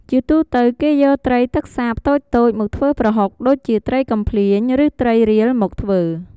ជាទូទៅគេយកត្រីទឹកសាបតូចៗមកធ្វើប្រហុក ដូចជាត្រីកំភ្លាញ ឬត្រីរៀលមកធ្វើ។